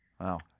Wow